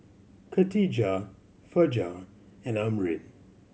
Katijah Fajar and Amrin